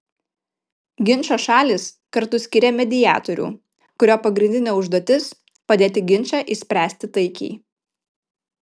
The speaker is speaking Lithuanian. ginčo šalys kartu skiria mediatorių kurio pagrindinė užduotis padėti ginčą išspręsti taikiai